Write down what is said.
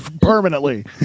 permanently